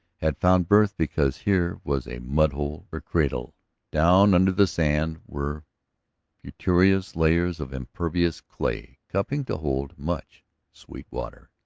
had found birth because here was a mud-hole for cradle down under the sand were fortuitous layers of impervious clay cupping to hold much sweet water.